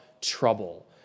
trouble